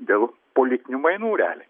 dėl politinių mainų realiai